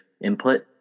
input